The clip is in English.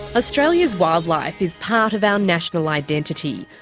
australia's wildlife is part of our national identity.